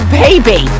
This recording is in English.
baby